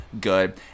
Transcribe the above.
good